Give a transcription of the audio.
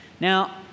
Now